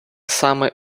саме